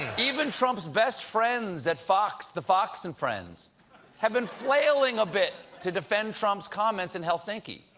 even trump's best friends at fox, the fox and friends have been flailing a bit to defend trump's comments in helsinki.